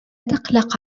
تقلق